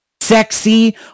sexy